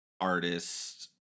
artists